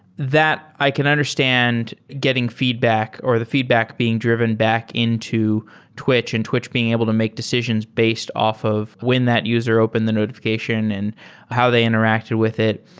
that, i can understand getting feedback or the feedback being driven back into twitch and twitch being able to make decisions based off of when that user open the notifi cation and how they interacted with it.